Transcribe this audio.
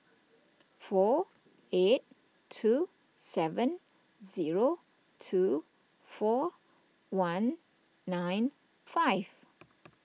four eight two seven zero two four one nine five